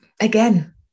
Again